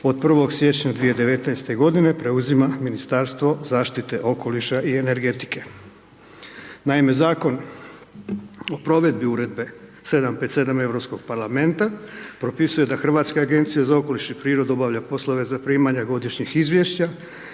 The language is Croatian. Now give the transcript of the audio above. od 01. siječnja 2019. godine preuzima Ministarstvo zaštite okoliša i energetike. Naime, Zakon o provedbi Uredbe 757. Europskog parlamenta, propisuje da Hrvatska agencija za okoliš i prirodu obavlja poslove zaprimanja godišnjih izvješća